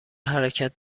حرکت